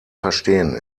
verstehen